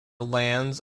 lands